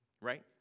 Right